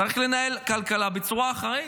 צריך לנהל כלכלה בצורה אחראית.